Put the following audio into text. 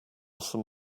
some